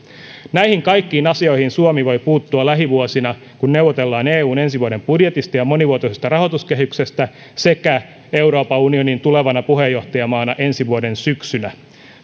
näihin kaikkiin asioihin suomi voi puuttua lähivuosina kun neuvotellaan eun ensi vuoden budjetista ja monivuotisesta rahoituskehyksestä sekä euroopan unionin tulevana puheenjohtajamaana ensi vuoden syksyllä